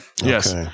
Yes